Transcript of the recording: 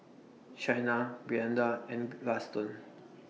Shaina Brianda and Gaston